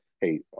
hey